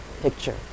picture